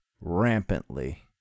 rampantly